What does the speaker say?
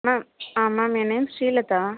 ma'am ah ma'am என் name Srilatha